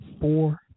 four